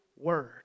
Word